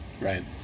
Right